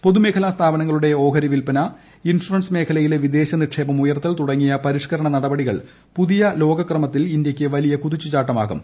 പൊതുമേഖലാ സ്ഥാപനങ്ങളുടെ ഓഹരിവിൽപ്പന ഇൻഷുറൻസ് മേഖലയിലെ വിദേശനിക്ഷേപം ഉയർത്തൽ തുടങ്ങിയ പരിഷ്ക്കരണ നടപടികൾ പുതിയ ലോകക്രമത്തിൽ ഇന്ത്യയ്ക്ക് വലിയ കുതിച്ചുചാട്ടമാകും